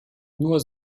nur